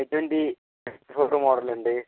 I twenty twenty four model ഉണ്ട്